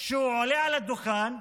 שהוא עולה על הדוכן,